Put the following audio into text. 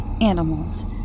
animals